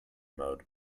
mode